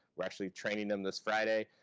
we're actually training them this friday.